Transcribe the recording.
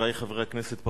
חברי חברי הכנסת,